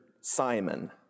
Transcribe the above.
Simon